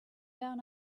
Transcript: down